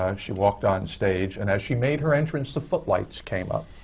um she walked on stage, and as she made her entrance, the footlights came up.